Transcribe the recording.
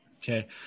Okay